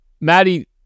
Maddie